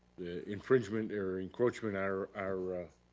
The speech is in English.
infringement or encroachment our our